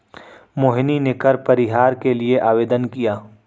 मोहिनी ने कर परिहार के लिए आवेदन किया